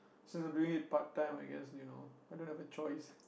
since i'm doing it part time I guess you know I don't have a choice